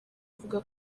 avuga